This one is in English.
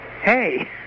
hey